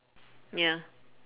ya